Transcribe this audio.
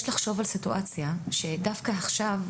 יש לחשוב על סיטואציה שבה דווקא עכשיו,